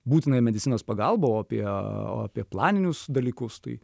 būtinąją medicinos pagalbą o apie o apie planinius dalykus tai